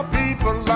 people